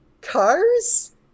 cars